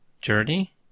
Journey